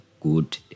good